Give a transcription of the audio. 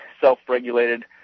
self-regulated